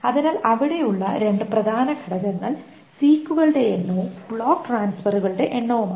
അതിനാൽ അവിടെയുള്ള രണ്ട് പ്രധാന ഘടകങ്ങൾ സീക്കുകളുടെ എണ്ണവും ബ്ലോക്ക് ട്രാൻസ്ഫെറുകളുടെ എണ്ണവുമാണ്